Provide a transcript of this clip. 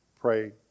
pray